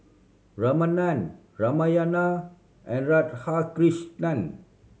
Ramanand Narayana and Radhakrishnan